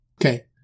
okay